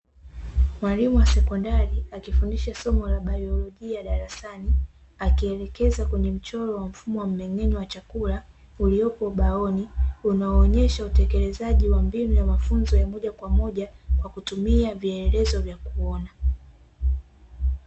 Mwalimu wa sekondari akifundisha somo la baiolojia darasani, akielekeza kwenye mchoro wa mfumo wa mmeng'enyo wa chakula uliopo ubaoni, unaoonyesha utekelezaji wa mbinu wa mafunzo ya moja kwa moja kwa kutumia vielelezo vya kuona.